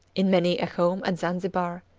in many a home at zanzibar,